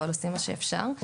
אבל עושים מה שאפשר.